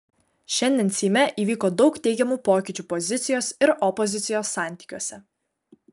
šiandien seime įvyko daug teigiamų pokyčių pozicijos ir opozicijos santykiuose